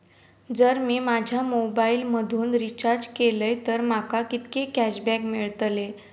जर मी माझ्या मोबाईल मधन रिचार्ज केलय तर माका कितके कॅशबॅक मेळतले?